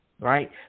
right